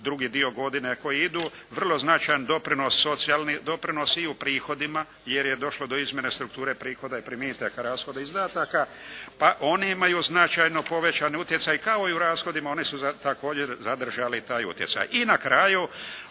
drugi dio godine koji idu. Vrlo značajan doprinos socijalni doprinos i u prihodima jer je došlo do izmjene strukture prihoda i primitaka, rashoda i izdataka pa oni imaju značajno povećani utjecaj kao i u rashodima oni su također zadržali taj utjecaj.